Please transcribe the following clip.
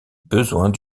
besoins